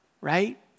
right